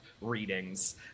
readings